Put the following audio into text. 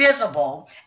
visible